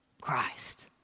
Christ